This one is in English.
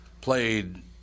Played